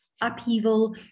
upheaval